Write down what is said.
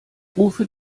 rufe